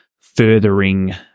furthering